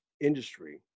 industry